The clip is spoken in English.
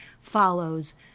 follows